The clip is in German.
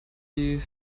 die